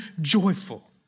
joyful